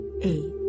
eight